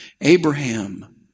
Abraham